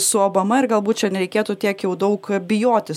su obama ir galbūt čia nereikėtų tiek jau daug bijoti